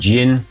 Jin